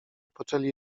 poczęli